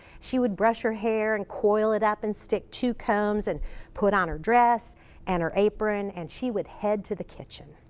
she would brush her hair and coil it up and stick two combs in. and put on her dress and her apron. and she would head to the kitchen.